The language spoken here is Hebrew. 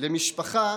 למשפחה